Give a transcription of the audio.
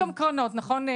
יש גם קרנות, נכון.